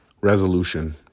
resolution